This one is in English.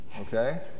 okay